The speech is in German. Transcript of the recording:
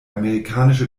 amerikanische